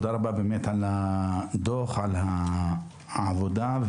על הדוח, על העבודה.